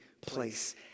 place